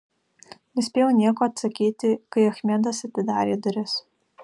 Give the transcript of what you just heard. nespėjau nieko atsakyti kai achmedas atidarė duris